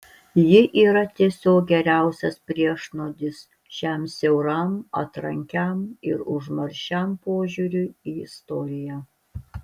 ji yra tiesiog geriausias priešnuodis šiam siauram atrankiam ir užmaršiam požiūriui į istoriją